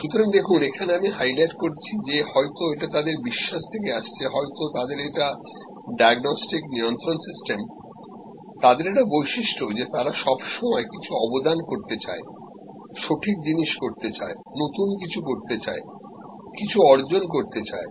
সুতরাং দেখুন এখানে আমি হাইলাইট করেছি যে হয়তো এটা তাদের বিশ্বাস থেকে আসছে হয়তো তাদের এটা ডায়াগনস্টিক নিয়ন্ত্রণ সিস্টেম তাদের এটা বৈশিষ্ট্য যে তারা সব সময় কিছু অবদান করতে চায় সঠিক জিনিস করতে চায় নতুন কিছু করতে চায় কিছু অর্জন করতে চায়